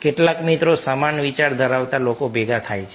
કેટલાક મિત્રો સમાન વિચાર ધરાવતા લોકો ભેગા થાય છે